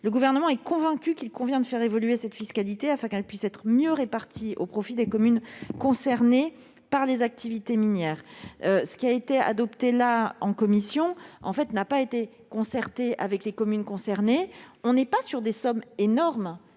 Le Gouvernement est convaincu qu'il convient de faire évoluer cette fiscalité, afin que celle-ci puisse être mieux répartie au profit des communes concernées par les activités minières. Ce qui a été adopté en commission n'a pas fait l'objet d'une concertation avec les communes concernées. Les sommes en jeu ne sont pas énormes,